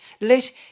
Let